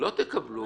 לא תקבלו.